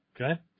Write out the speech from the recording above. Okay